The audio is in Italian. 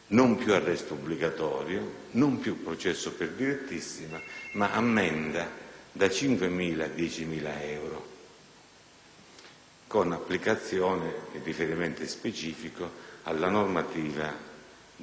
Non credo che voi lo pensiate, anche perché sapete benissimo che il giudice di pace, nel momento in cui il condannato è insolvente,